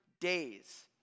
days